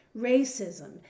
racism